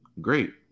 great